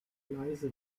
leise